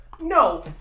No